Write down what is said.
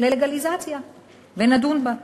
ללגליזציה ונדון בה.